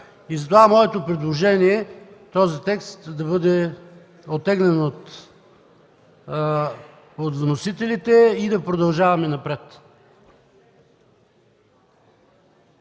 Затова моето предложение е този текст да бъде оттеглен от вносителите и да продължаваме напред.